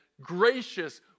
gracious